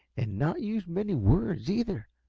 and not use many words, either.